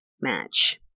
match